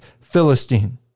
Philistine